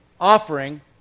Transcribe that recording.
offering